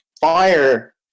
fire